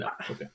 okay